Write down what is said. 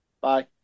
bye